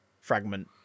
fragment